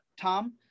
Tom